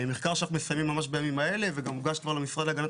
מחקר שאנחנו מסיימים ממש בימים האלה וגם הוגש כבר למשרד להגנת